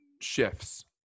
shifts